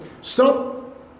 stop